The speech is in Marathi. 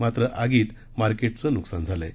मात्र आगीत मार्केटच नुकसान झालंय